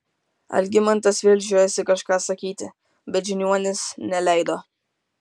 algimantas vėl žiojosi kažką sakyti bet žiniuonis neleido